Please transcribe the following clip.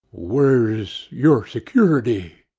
where's your security,